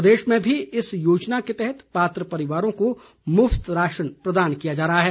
प्रदेश में भी इस योजना के तहत पात्र परिवारों को मुफ्त राशन प्रदान किया जा रहा है